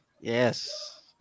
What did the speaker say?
Yes